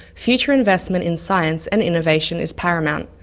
future investment in science and innovation is paramount.